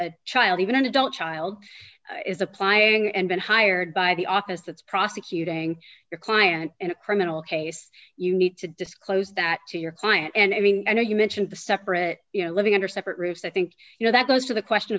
a child even an adult child is applying and been hired by the office that's prosecuting your client in a criminal case you need to disclose that to your client and i mean you know you mentioned the separate you know living under separate roofs i think you know that goes to the question